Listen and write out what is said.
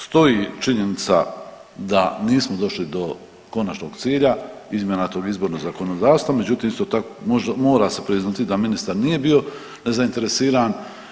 Stoji činjenica da nismo došli do konačnog cilja izmjena tog izbornog zakonodavstva međutim isto tako mora se priznati da ministar nije bio nezainteresiran.